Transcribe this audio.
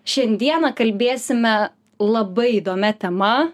šiandieną kalbėsime labai įdomia tema